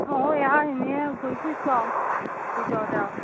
অঁ এইয়া এনেই ঘূৰি ফুৰিছোঁ আৰু ভিতৰতে আৰু